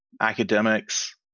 academics